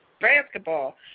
basketball